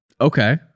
Okay